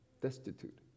Destitute